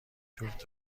جفت